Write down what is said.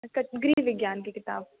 गृहविज्ञानके किताब